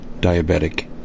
diabetic